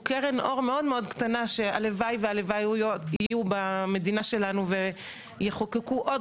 הוא קרן אור מאוד מאוד קטנה שהלוואי שיהיו במדינה שלנו ויחוקקו עוד